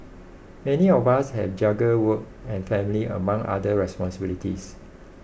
many of us have juggle work and family among other responsibilities